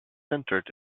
centered